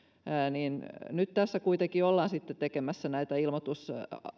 mutta nyt tässä kuitenkin ollaan sitten tekemässä näitä